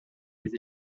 des